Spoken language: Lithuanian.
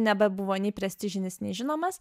nebebuvo nei prestižinis nežinomas